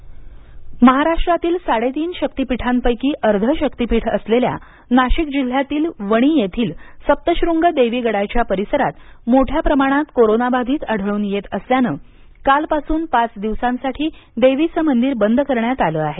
नाशिक वणी येथे देवी मंदिर बंद पाठक महाराष्ट्रातील साडेतीन शक्ती पीठांपैकी अर्धे शक्तीपीठ असलेल्या नाशिक जिल्ह्यातील वणी येथिल सप्तशृंग देवी गडाच्या परिसरात मोठ्या प्रमाणात कोरोना बाधित आढळून येत असल्यानं काल पासून पाच दिवसांसाठी देवीचं मंदिर बंद करण्यात आलं आहे